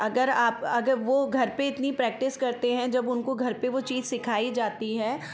अगर आप अग वो घर पर इतनी प्रैक्टिस करते हैं जब उनको घर पर वो चीज़ सिखाई जाती हैं